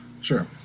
Sure